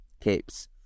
Capes